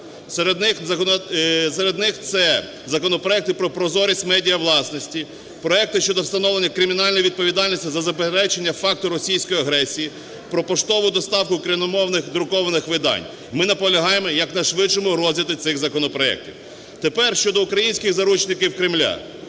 Серед них: це законопроекти про прозорість медіавласності, проекти щодо встановлення кримінальної відповідальності за заперечення факту російської агресії, про поштову доставку україномовних друкованих видань. Ми наполягаємо на якнайшвидшому розгляді цих законопроектів. Тепер щодо українських заручників Кремля.